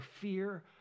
fear